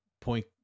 point